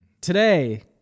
Today